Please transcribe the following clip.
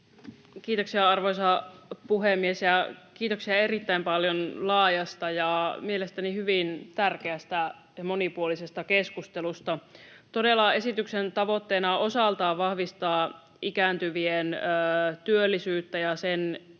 Kiitoksia, arvoisa puhemies! Kiitoksia erittäin paljon laajasta ja mielestäni hyvin tärkeästä ja monipuolisesta keskustelusta. Esityksen tavoitteena todella on osaltaan vahvistaa ikääntyvien työllisyyttä ja sen edellytyksiä,